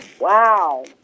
Wow